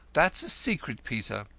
that's a secret, peter.